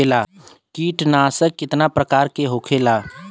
कीटनाशक कितना प्रकार के होखेला?